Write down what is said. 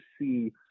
see